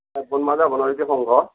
পূব সংঘ